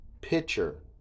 pitcher